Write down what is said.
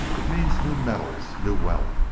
it means new metals, new wealth.